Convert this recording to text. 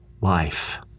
life